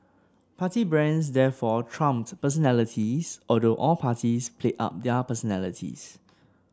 party brands therefore trumped personalities although all parties played up their personalities